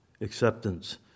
acceptance